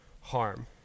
harm